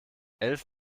elf